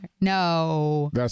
No